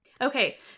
Okay